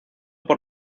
por